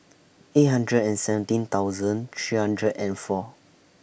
eight hundred and seventeen thousand three hundred and four